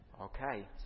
Okay